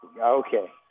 Okay